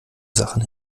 sachen